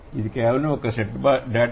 ఇది కేవలం ఒక సెట్ డేటా